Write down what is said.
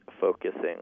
focusing